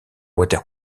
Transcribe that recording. water